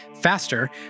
faster